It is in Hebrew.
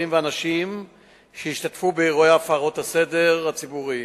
והנשים שישתתפו באירועי הפרות הסדר הציבורי.